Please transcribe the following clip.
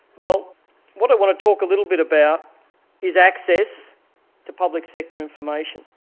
well what i want to talk a little bit about is access to public sector information.